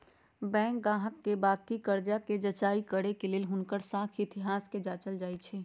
bank गाहक के बाकि कर्जा कें जचाई करे के लेल हुनकर साख इतिहास के जाचल जाइ छइ